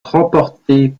remportée